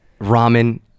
Ramen